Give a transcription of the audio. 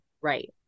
Right